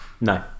No